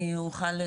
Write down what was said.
אני אוכל,